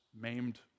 maimed